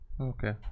Okay